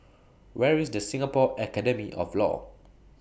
Where IS The Singapore Academy of law